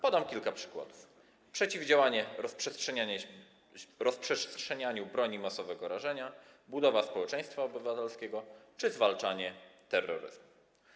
Podam kilka przykładów: przeciwdziałanie rozprzestrzenianiu broni masowego rażenia, budowa społeczeństwa obywatelskiego czy zwalczanie terroryzmu.